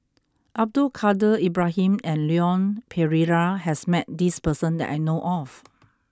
Abdul Kadir Ibrahim and Leon Perera has met this person that I know of